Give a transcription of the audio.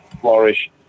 flourish